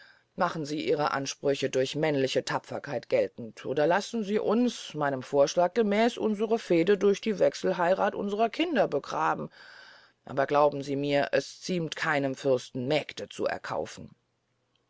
machen sie ihre ansprüche durch männliche tapferkeit geltend oder lassen sie uns meinem vorschlage gemäß unsre fehde durch die wechselheyrath unsrer kinder begraben aber glauben sie mir es ziemt keinem fürsten mägde zu erkaufen